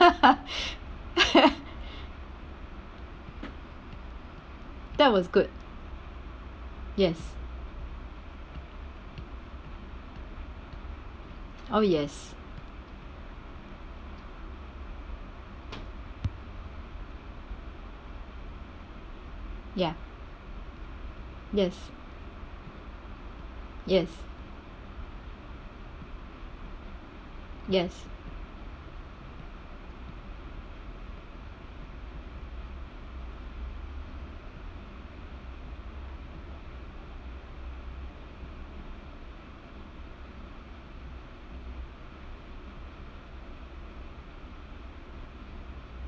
that was good yes oh yes ya yes yes yes